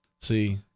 See